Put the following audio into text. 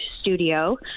studio